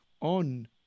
on